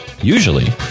usually